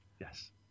Yes